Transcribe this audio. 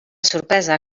sorpresa